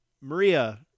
maria